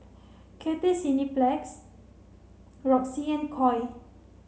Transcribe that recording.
Cathay Cineplex Roxy and Koi